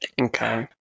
Okay